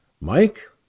Mike